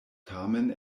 tamen